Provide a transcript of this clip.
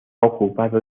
ocupado